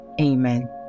Amen